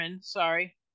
sorry